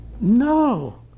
No